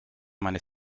meine